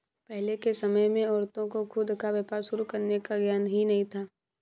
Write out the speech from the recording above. पहले के समय में औरतों को खुद का व्यापार शुरू करने का ज्ञान ही नहीं था